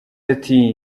ati